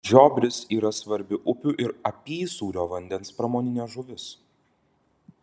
žiobris yra svarbi upių ir apysūrio vandens pramoninė žuvis